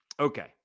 Okay